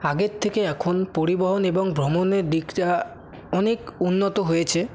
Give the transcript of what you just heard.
আগের থেকে এখন পরিবহন এবং ভ্রমণের দিকটা অনেক উন্নত হয়েছে